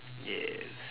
yes